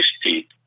state